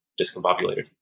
discombobulated